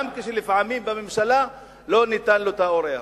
גם כשבממשלה לא תמיד ניתן לו אור ירוק.